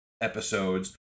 episodes